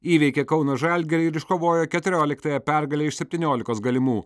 įveikė kauno žalgirį ir iškovojo keturioliktąją pergalę iš septyniolikos galimų